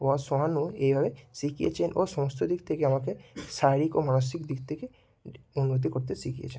ও এইভাবে শিখিয়েছেন ও সমস্ত দিক থেকে আমাকে শারীরিক ও মানসিক দিক থেকে উন্নতি করতে শিখিয়েছেন